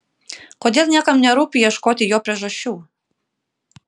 kodėl niekam nerūpi ieškoti jo priežasčių